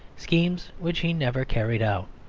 schemes which he never carried out.